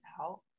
out